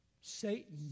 Satan